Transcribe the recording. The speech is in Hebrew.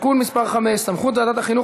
(תיקון מס' 5) (סמכות ועדת החינוך,